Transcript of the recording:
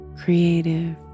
creative